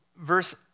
Verse